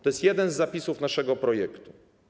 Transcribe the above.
To jest jeden z zapisów naszego projektu.